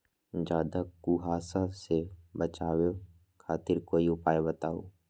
ज्यादा कुहासा से बचाव खातिर कोई उपाय बताऊ?